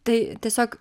tai tiesiog